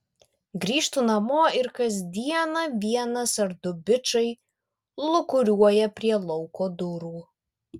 grįžtu namo ir kas dieną vienas ar du bičai lūkuriuoja prie lauko durų